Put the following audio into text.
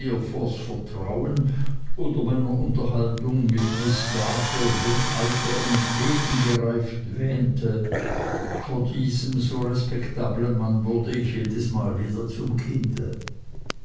vertrauen oder meiner unterhaltung mit miß dartle dem alter entgegen gereift wähnte vor diesem so respektablen mann wurde ich jedesmal wieder zum kinde